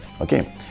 okay